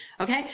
okay